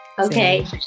okay